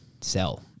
sell